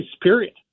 period